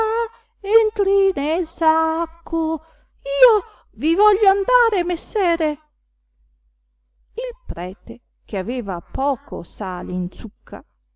entri nel sacco io vi voglio andare messere il prete che aveva poco sale in zucca